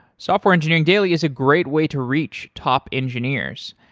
software engineering daily is a great way to reach top engineers.